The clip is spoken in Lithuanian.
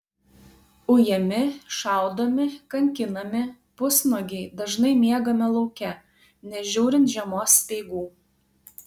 ujami šaudomi kankinami pusnuogiai dažnai miegame lauke nežiūrint žiemos speigų